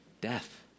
death